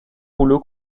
rouleaux